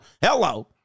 Hello